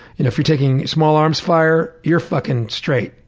if you're taking small arms fire, you're fucking straight,